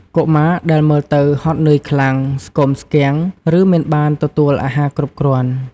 កុមារដែលមើលទៅហត់នឿយខ្លាំង ស្គមស្គាំង ឬមិនបានទទួលអាហារគ្រប់គ្រាន់។